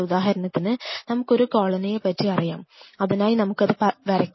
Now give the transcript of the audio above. ഉദാഹരണത്തിന് നമുക്കൊരു കോളനിയെ പറ്റി പറയാം അതിനായി നമ്മുക്കത് വരയ്ക്കാം